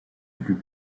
plus